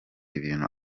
ibintu